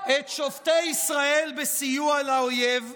את שופטי ישראל בסיוע לאויב,